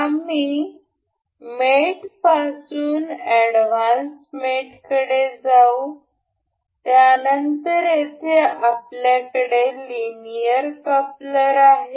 आम्ही मेटपासून एडव्हान्स मेटकडे जाऊ त्यानंतर येथे आपल्याकडे लिनियर कपलर आहे